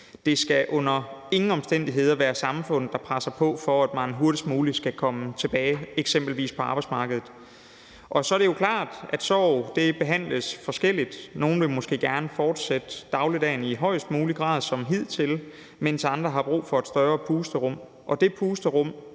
Det skal under ingen omstændigheder være samfundet, der presser på for, at man hurtigst muligt skal komme tilbage, eksempelvis på arbejdsmarkedet. Og så er det jo klart, at sorg behandles forskelligt. Nogle vil måske gerne fortsætte dagligdagen i højest mulig grad som hidtil, mens andre har brug for et større pusterum. Og det pusterum,